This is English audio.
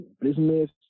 business